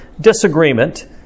disagreement